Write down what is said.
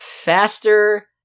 faster